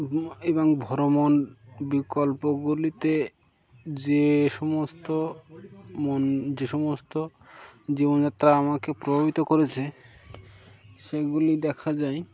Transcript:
এবং ভ্রমণ বিকল্পগুলিতে যে সমস্ত মন যে সমস্ত জীবনযাত্রা আমাকে প্রভাবিত করেছে সেগুলি দেখা যায়